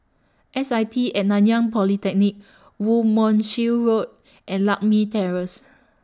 S I T At Nanyang Polytechnic Woo Mon Chew Road and Lakme Terrace